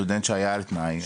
סטודנט שהיה על תנאי,